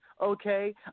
okay